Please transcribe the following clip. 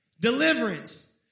deliverance